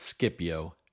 Scipio